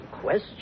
question